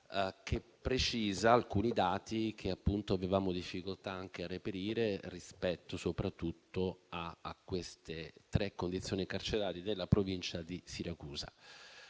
che precisa alcuni dati che avevamo difficoltà a reperire, soprattutto rispetto a queste tre condizioni carcerarie della Provincia di Siracusa.